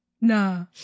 nah